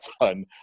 done